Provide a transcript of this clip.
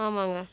ஆமாங்க